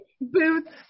boots